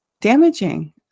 damaging